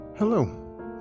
Hello